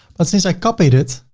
but since i copied it,